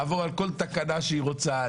לעבור על כל תקנה שהיא רוצה,